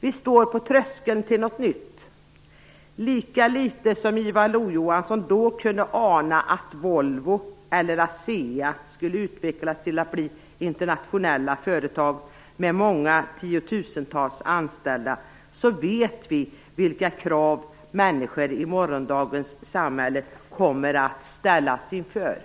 Vi står på tröskeln till något nytt! Lika litet som Ivar Lo-Johansson då kunde ana att Volvo eller ASEA skulle utvecklas till att bli internationella företag med många tiotusentals anställda vet vi vilka krav människor i morgondagens samhälle kommer att ställas inför.